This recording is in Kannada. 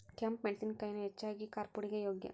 ಕೆಂಪ ಮೆಣಸಿನಕಾಯಿನ ಹೆಚ್ಚಾಗಿ ಕಾರ್ಪುಡಿಗೆ ಯೋಗ್ಯ